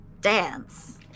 Dance